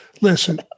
Listen